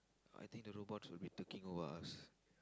I think the robots will be taking over us